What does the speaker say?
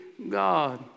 God